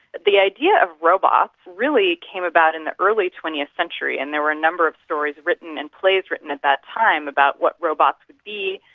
the idea of robots really came about in the early twentieth century, and there were a number of stories written and plays written at that time about what robots see,